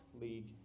league